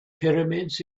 pyramids